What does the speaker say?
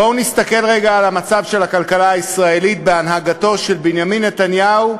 בואו נסתכל רגע על המצב של הכלכלה הישראלית בהנהגתם של בנימין נתניהו,